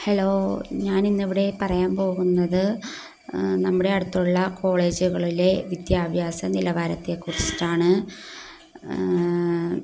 hello ഞാനിന്നിവിടെ പറയാൻ പോകുന്നത് നമ്മുടെ അടുത്തുള്ള കോളേജുകളിലെ വിദ്യാഭ്യാസ നിലവാരത്തെെക്കുറിച്ചിട്ടാണ്